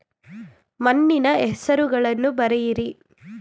ಮಣ್ಣಿನ ಹೆಸರುಗಳನ್ನು ಬರೆಯಿರಿ